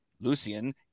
Lucian